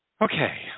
Okay